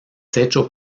hecho